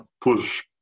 push